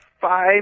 five